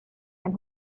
and